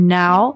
now